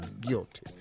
guilty